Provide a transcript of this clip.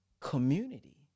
community